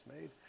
made